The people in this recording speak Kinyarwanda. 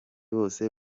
bose